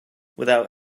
without